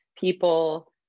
people